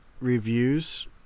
reviews